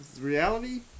Reality